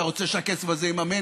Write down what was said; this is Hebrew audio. אתה רוצה שהכסף הזה יממן,